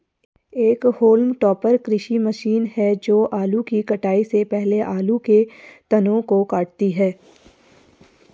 एक haulm topper कृषि machine है जो आलू की कटाई से पहले आलू के तनों को काटती है